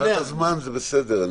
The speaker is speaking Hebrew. מבחינת הזמן זה בסדר.